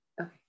Okay